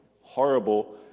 horrible